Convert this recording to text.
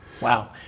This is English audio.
Wow